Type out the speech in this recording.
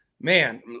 man